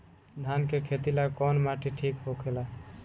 धान के खेती ला कौन माटी ठीक होखेला?